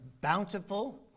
bountiful